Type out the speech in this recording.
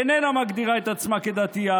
איננה מגדירה את עצמה כדתייה,